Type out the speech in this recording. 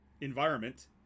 environment